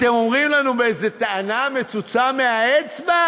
אתם אומרים לנו באיזה טענה מצוצה מהאצבע: